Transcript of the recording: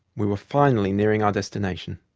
we were finally nearing our destination.